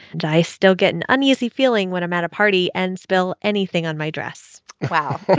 and i still get an uneasy feeling when i'm at a party and spill anything on my dress wow